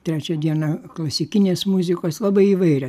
trečią dieną klasikinės muzikos labai įvairią